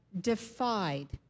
defied